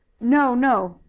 no, no,